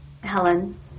Helen